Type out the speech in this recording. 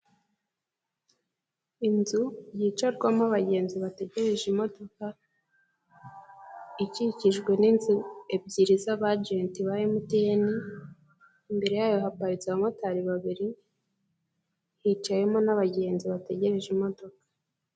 Inzu yicarwamo abagenzi bategereje imodoka, ikikijwe n'inzu ebyiri z'abagenti ba MTN imbere yayo haparitse abamotari babiri, hicayemo n'abagenzi bategereje imodoka.